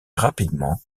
rapidement